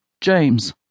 James